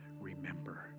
remember